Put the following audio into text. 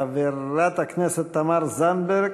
חברת הכנסת תמר זנדברג,